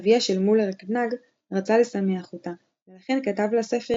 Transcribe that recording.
אביה של מולר קנאג רצה לשמח אותה ולכן כתב לה ספר